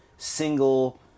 Single